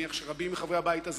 ואני מניח שרבים מחברי הבית הזה,